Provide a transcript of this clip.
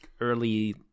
early